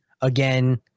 Again